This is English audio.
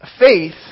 faith